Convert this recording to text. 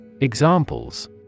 Examples